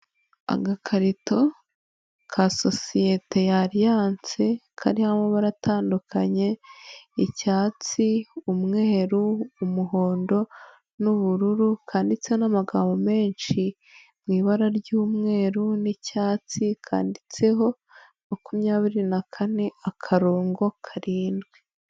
Agakarito ka sosiyete ya aliyanse kariho amabara atandukanye icyatsi, umweru, umuhondo n'ubururu kanditseho n'amagambo menshi mu ibara ry'umweru n'icyatsi kanditseho makumyabiri na kane akarongo karindwi.